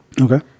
okay